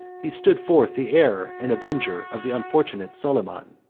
he stood forth the heir and avenger of the unfortunate soliman.